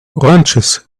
hunches